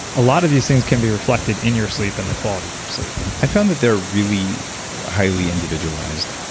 a lot of these things can be reflected in your sleep and the quality of your sleep i found that they're really highly individualized,